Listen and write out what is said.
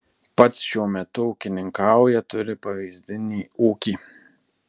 pats šiuo metu ūkininkauja turi pavyzdinį ūkį